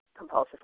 compulsively